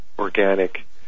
Organic